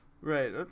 Right